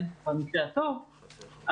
במקרה הטוב,